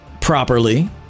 properly